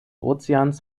ozeans